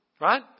right